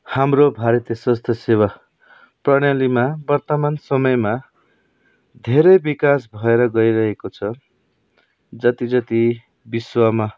हाम्रो भारतीय स्वास्थसेवा प्रणालीमा वर्तमान समयमा धेरै विकास भएर गइरहेको छ जति जति विश्वमा